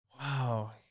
Wow